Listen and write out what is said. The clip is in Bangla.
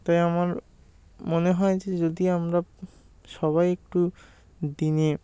তাই আমার মনে হয় যে যদি আমরা সবাই একটু দিনে